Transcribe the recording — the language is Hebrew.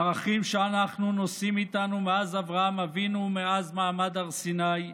ערכים שאנחנו נושאים איתנו מאז אברהם אבינו ומאז מעמד הר סיני.